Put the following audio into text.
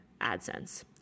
AdSense